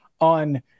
on